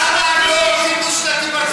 למה זה לא דו-שנתי בארצות-הברית?